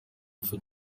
ingufu